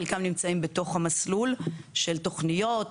חלקם נמצאים בתוך המסלול של תוכניות,